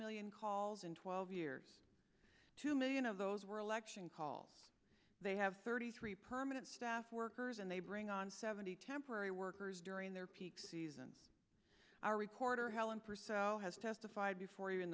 million calls in twelve years two million of those were election call they have thirty three permanent staff workers and they bring on seventy temporary workers during their peak season our reporter helen purcell has testified before you in